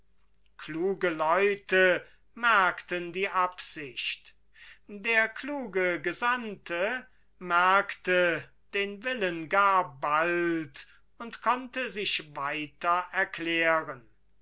kluge leute merkten die absicht der kluge gesandte merkte den willen gar bald und konnte sich weiter erklären